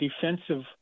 defensive